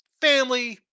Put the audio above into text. family